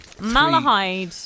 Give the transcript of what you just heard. Malahide